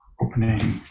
opening